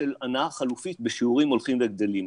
של הנעה חלופית בשיעורים הולכים וגדלים,